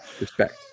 Respect